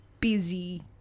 busy